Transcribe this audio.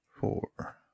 four